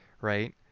right